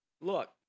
look